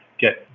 get